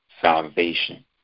salvation